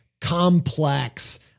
complex